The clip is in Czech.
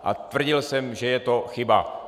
A tvrdil jsem, že je to chyba.